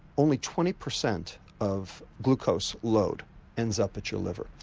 only twenty percent of glucose load ends up at your liver.